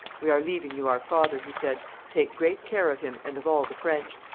we are leaving you our father he said. take great care of him, and of all the french.